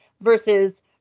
versus